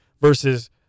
versus